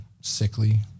sickly